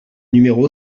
numéro